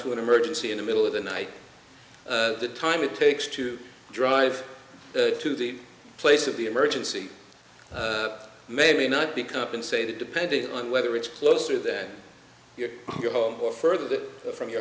to an emergency in the middle of the night the time it takes to drive to the place of the emergency maybe not be compensated depending on whether it's closer than your home or further from your